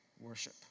worship